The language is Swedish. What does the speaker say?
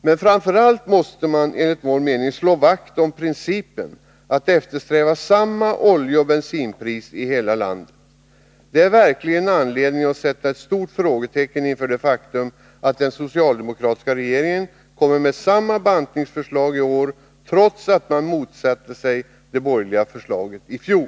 Men framför allt måste man enligt vår mening slå vakt om principen att eftersträva samma oljeoch bensinpris i hela landet. Det finns verkligen anledning att sätta ett stort frågetecken inför det faktum att den socialdemokratiska regeringen kommer med samma bantningsförslag i år, trots att socialdemokraterna i fjol motsatte sig det borgerliga förslaget.